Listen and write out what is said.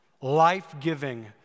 life-giving